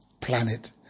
planet